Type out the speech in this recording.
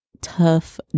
tough